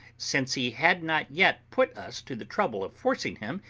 since he had not yet put us to the trouble of forcing him,